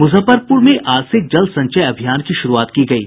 मुजफ्फरपुर में आज से जल संचय अभियान की शुरूआत की गयी